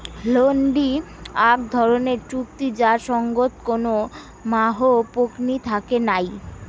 হুন্ডি আক ধরণের চুক্তি যার সঙ্গত কোনো মাহও পকনী থাকে নাই